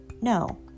No